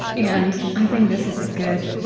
and i think this is a good